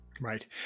Right